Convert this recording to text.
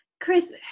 Chris